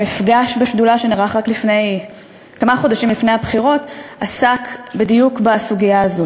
המפגש בשדולה שנערך רק כמה חודשים לפני הבחירות עסק בדיוק בסוגיה הזו,